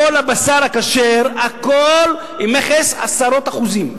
כל הבשר הכשר, הכול עם מכס, עשרות אחוזים.